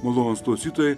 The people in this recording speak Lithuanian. malonūs klausytojai